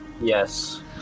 Yes